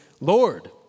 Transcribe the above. Lord